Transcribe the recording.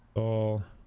oh